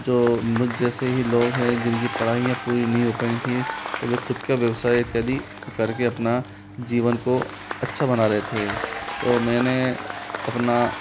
जो मुझ जैसे ही लोग हैं जिन की पढ़ाईयाँ पूरी नहीं हो पाई थी तो वो ख़ुद के व्यवसाय इत्यादि कर के अपने जीवन को अच्छा बना रहे थे तो मैंने अपने